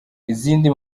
izindi